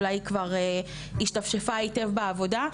אולי כבר השתפשפה היטב בעבודה.